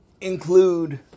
include